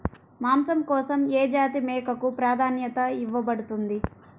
మాంసం కోసం ఏ జాతి మేకకు ప్రాధాన్యత ఇవ్వబడుతుంది?